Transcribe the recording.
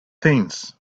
things